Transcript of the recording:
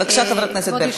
בבקשה, חברת הכנסת ברקו.